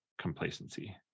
complacency